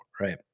right